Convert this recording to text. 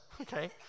okay